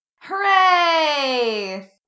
Hooray